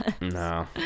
No